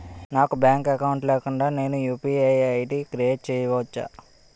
నాకు bank account లేకుండా నేను యు.పి.ఐ ఐ.డి క్రియేట్ చేసుకోవచ్చా?